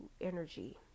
energy